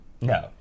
No